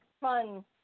fun